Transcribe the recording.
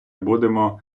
будемо